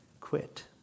quit